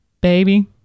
baby